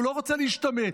הוא לא רוצה להשתמט.